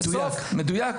מדויק.